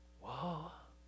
Whoa